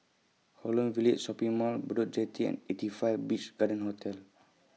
Holland Village Shopping Mall Bedok Jetty and eighty five Beach Garden Hotel